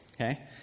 okay